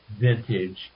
vintage